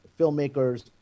filmmakers